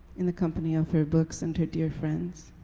in the company of her books and her dear friends.